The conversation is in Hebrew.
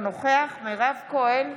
אינו נוכח מירב כהן,